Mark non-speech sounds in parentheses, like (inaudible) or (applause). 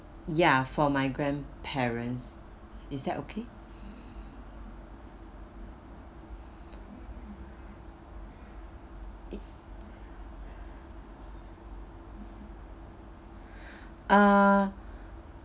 ya for my grandparents is that okay (breath) uh